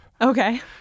Okay